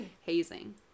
hazing